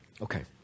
Okay